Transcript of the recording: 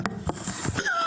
חברים,